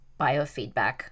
biofeedback